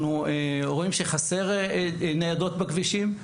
אנחנו רואים שחסר ניידות בכבישים,